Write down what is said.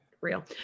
real